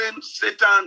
satan